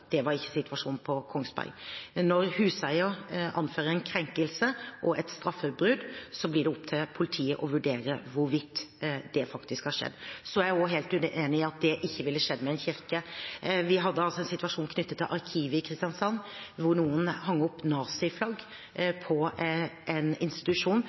Det var ikke situasjonen på Kongsberg. Når huseieren anfører en krenkelse og et straffebud, blir det opp til politiet å vurdere hvorvidt det faktisk har skjedd. Jeg er helt uenig i at det ikke ville skjedd hvis det hadde skjedd med en kirke. Vi hadde en situasjon knyttet til ARKIVET i Kristiansand, hvor noen hengte opp naziflagg på en institusjon